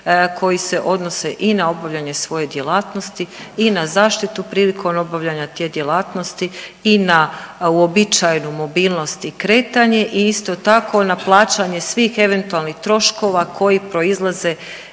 koji se odnose i na obavljanje svoje djelatnosti i na zaštitu prilikom obavljanja te djelatnosti i na uobičajenu mobilnost i kretanje i isto tako na plaćanje svih eventualnih troškova koji proizlazi